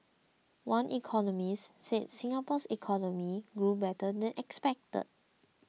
one economist said Singapore's economy grew better than expected